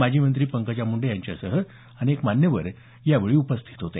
माजी मंत्री पंकजा मुंडे यांच्यासह अनेक मान्यवर यावेळी उपस्थित होते